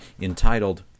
entitled